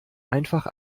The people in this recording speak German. einfach